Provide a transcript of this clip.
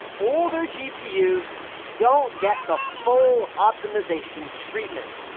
older gpu's don't get the full optimisation treatment,